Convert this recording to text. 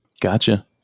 Gotcha